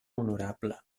honorable